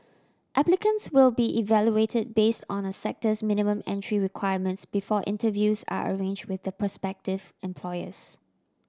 applicants will be evaluated based on a sector's minimum entry requirements before interviews are arranged with the prospective employers